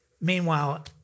Meanwhile